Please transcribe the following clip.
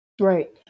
Right